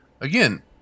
again